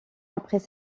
après